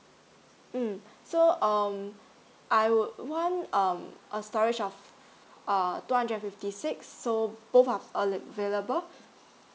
mm so um I would want um a storage off uh two hundred and fifty six so both are available